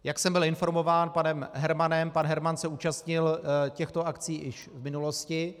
Jak jsem byl informován panem Hermanem, pan Herman se účastnil těchto akcí už v minulosti.